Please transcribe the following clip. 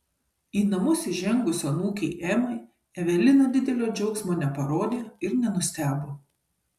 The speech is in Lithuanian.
į namus įžengus anūkei emai evelina didelio džiaugsmo neparodė ir nenustebo